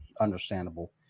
Understandable